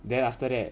then after that